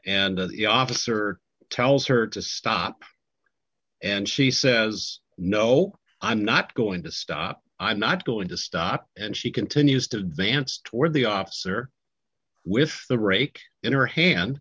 the officer tells her to stop and she says no i'm not going to stop i'm not going to stop and she continues to advance toward the officer with the rake in her hand